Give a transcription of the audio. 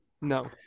no